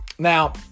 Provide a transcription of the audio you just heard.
Now